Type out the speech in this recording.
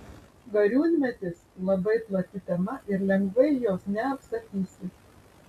gariūnmetis labai plati tema ir lengvai jos neapsakysi